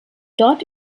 dort